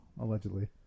allegedly